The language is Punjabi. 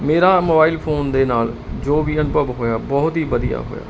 ਵੀਵੋ ਮੋਬਾਈਲ ਫੋਨ ਦੇ ਨਾਲ ਜੋ ਵੀ ਅਨੁਭਵ ਹੋਇਆ ਬਹੁਤ ਹੀ ਵਧੀਆ ਹੋਇਆ